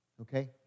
Okay